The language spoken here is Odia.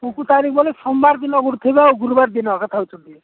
କୋଉ କୋଉ ତାରିଖ କହିଲେ ସୋମବାର ଦିନ ଥିବେ ଆଉ ଗୁରୁବାର ଦିନ ରହୁଛନ୍ତି